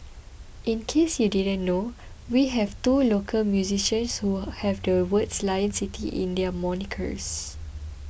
in case you didn't know we have two local musicians who have the words 'Lion City' in their monikers